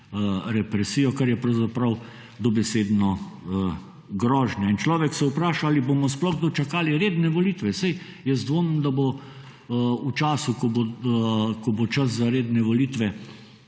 represijo, kar je pravzaprav dobesedno grožnja. In človek se vpraša in ali bomo sploh dočakali redne volitve. Saj jaz dvomim, da bo v času, ko bo čas za redne volitve,